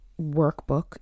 workbook